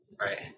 right